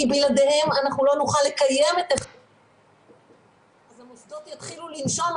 כי בלעדיהם אנחנו לא נוכל לקיים --- אז המוסדות יתחילו לנשום,